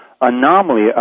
anomaly